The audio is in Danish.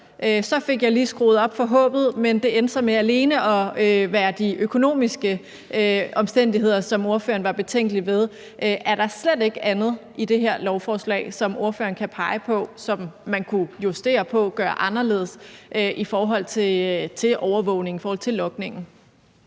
så fik jeg lige skruet op for håbet, men det endte så med alene at være de økonomiske omstændigheder, som ordføreren var betænkelig ved. Er der slet ikke andet i det her lovforslag, som ordføreren kan pege på som man kunne justere på, gøre anderledes i forhold til overvågning, i forhold til logningen?